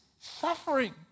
suffering